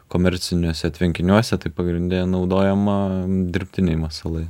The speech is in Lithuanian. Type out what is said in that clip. komerciniuose tvenkiniuose tai pagrinde naudojama dirbtiniai masalai